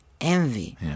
envy